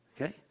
Okay